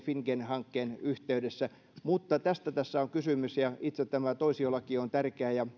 finngen hankkeen yhteydessä tästä tässä on kysymys ja itse toisiolaki on tärkeä ja